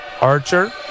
Archer